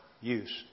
use